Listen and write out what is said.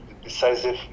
decisive